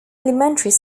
elementary